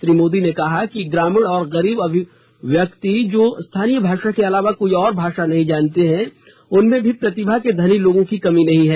श्री मोदी ने कहा कि ग्रामीण और गरीब व्यक्ति जो स्थानीय भाषा के अलावा कोई और भाषा नहीं जानते हैं उनमें भी प्रतिभा के धनी लोगों की कमी नहीं है